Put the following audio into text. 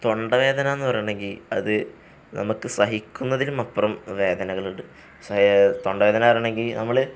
തൊണ്ടവേദനയെന്ന് പറയണെങ്കിൽ അത് നമുക്ക് സഹിക്കുന്നതിനുമപ്പുറം വേദനകളുണ്ട് തൊണ്ടവേദനയെന്ന് പറയണമെങ്കിൽ നമ്മൾ